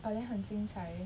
but then 很精彩